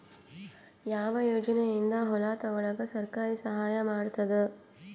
ಯಾವ ಯೋಜನೆಯಿಂದ ಹೊಲ ತೊಗೊಲುಕ ಸರ್ಕಾರ ಸಹಾಯ ಮಾಡತಾದ?